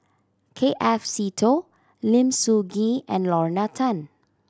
K F Seetoh Lim Soo Ngee and Lorna Tan